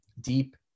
deep